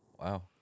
Wow